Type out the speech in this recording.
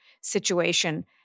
situation